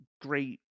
great